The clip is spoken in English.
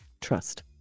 trust